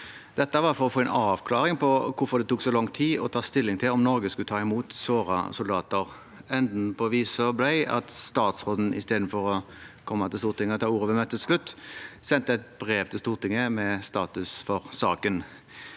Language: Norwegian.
det var for å få en avklaring på hvorfor det tok så lang tid å ta stilling til om Norge skulle ta imot sårede soldater. Enden på visa ble at statsråden, istedenfor å komme til Stortinget og ta ordet ved møtets slutt, sendte et brev til Stortinget med status for saken.